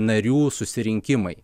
narių susirinkimai